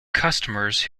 customers